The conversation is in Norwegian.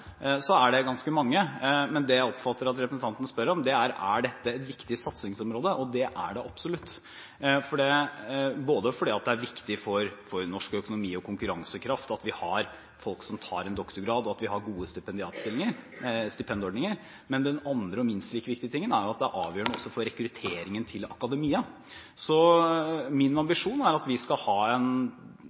så kom det 100 nye i Stortinget. Det er en ganske merkbar satsing oppover. Hvis spørsmålet er hvor mange stipendiatstillinger det er mulig å få inn, er det ganske mange. Men det jeg oppfatter at representanten spør om, er om dette er et viktig satsingsområde. Det er det absolutt – fordi det er viktig for norsk økonomi og konkurransekraft at vi har folk som tar en doktorgrad, og at vi har gode stipendiatordninger, men minst like viktig er det at det er avgjørende for rekrutteringen til akademia. Så min ambisjon er